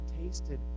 tasted